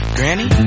Granny